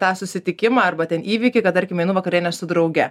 tą susitikimą arba ten įvykį kad tarkim einu vakarienės su drauge